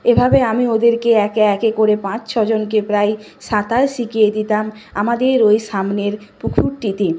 এভাবে আমি ওদেরকে একে একে করে পাঁচ ছজনকে প্রায় সাঁতার শিখিয়ে দিতাম আমাদের ওই সামনের পুকুরটিতে